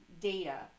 data